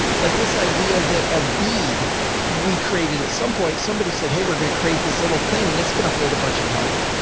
like this idea that a bead we created at some point, somebody said, hey, we're going to create this little thing and it's going to hold a bunch of power.